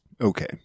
Okay